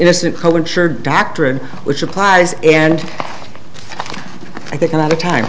innocent cohen sure doctrine which applies and i think a lot of time